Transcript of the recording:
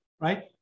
right